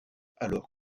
alors